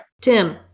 Tim